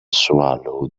swallow